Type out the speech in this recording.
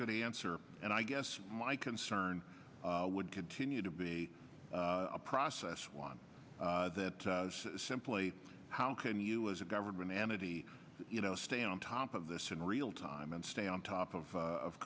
good answer and i guess my concern would continue to be a process one that simply how can you as a government entity you know stay on top of this in real time and stay on top of